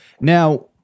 now